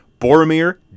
Boromir